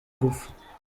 gupfa